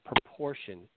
proportion